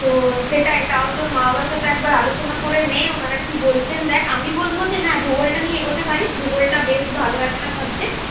তো সেটাই তাও তোর মা বাবার সাথে একবার আলোচনা করে নে ওনারা কি বলছেন দেখ আমি বলবো হ্যাঁ ভূগোলটা নিয়ে এগোতে পারিস ভূগোলটা বেশ ভালো একটা সাবজেক্ট